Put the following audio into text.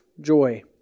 joy